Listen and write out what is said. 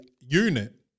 unit